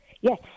Yes